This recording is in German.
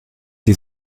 sie